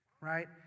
right